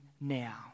now